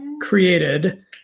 created